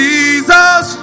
Jesus